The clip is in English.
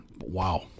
Wow